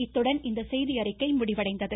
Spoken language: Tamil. இத்துடன் இந்த செய்தியறிக்கை முடிவடைந்தது